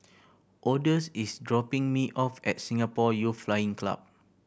odus is dropping me off at Singapore Youth Flying Club